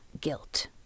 guilt